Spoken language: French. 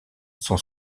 son